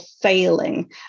failing